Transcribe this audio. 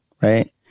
right